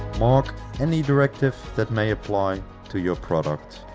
mark any directive that may apply to your product.